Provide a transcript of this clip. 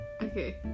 Okay